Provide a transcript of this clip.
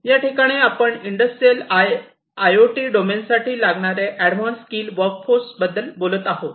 याठिकाणी आपण industrial IoT domain साठी लागणारे एडव्हान्स स्किल वर्क फोर्स बद्दल बोलत आहोत